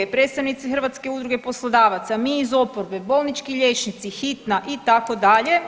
Predstavnici Hrvatske udruge poslodavaca, mi iz oporbe, bolnički liječnici, hitna itd.